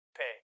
pay